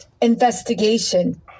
investigation